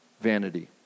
vanity